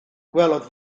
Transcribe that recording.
gwelodd